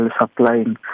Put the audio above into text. supplying